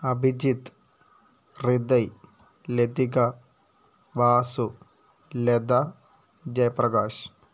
Abhijith Hriday Lathika Vasu Latha Jayaprakash